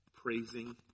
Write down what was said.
praising